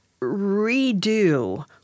redo